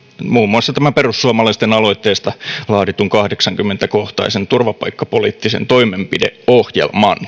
muun muassa tämän perussuomalaisten aloitteesta laaditun kahdeksankymmentä kohtaisen turvapaikkapoliittisen toimenpideohjelman